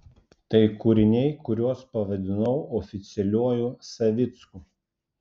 tai kūriniai kuriuos pavadinau oficialiuoju savicku